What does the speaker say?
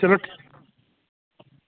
चलो